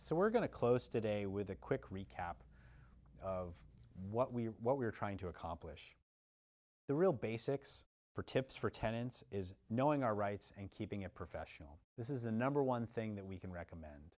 so we're going to close today with a quick recap of what we're what we're trying to accomplish the real basics for tips for tenants is knowing our rights and keeping a professional this is the number one thing that we can recommend